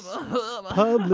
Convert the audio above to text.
oh, but